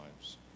lives